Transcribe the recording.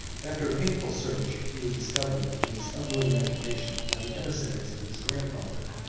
after a painful search, he was discovered, in this unworthy occupation, by the emissaries of his grandfather,